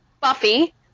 Buffy